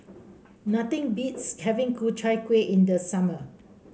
nothing beats having Ku Chai Kuih in the summer